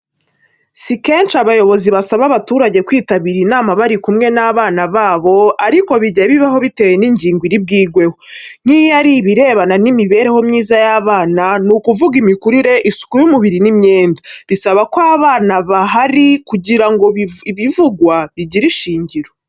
Si kenshi abayobozi basaba abaturage kwitabira inama bari kumwe n'abana babo ariko bijya bibaho bitewe n'ingingo iri bwigweho, nk'iyo ari ibirebana n'imibereho myiza y'abana, ni ukuvuga imikurire, isuku y'umubiri n'imyenda, bisaba ko baba bahari kugira ngo ibivugwa bigire ishingiro.